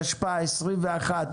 התשפ"א-2021,